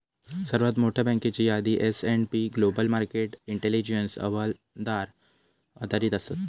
सर्वात मोठयो बँकेची यादी S and P global market intelligence अहवालावर आधारित असत